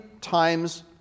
times